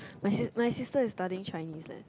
my sis my sister is studying Chinese leh